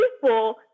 people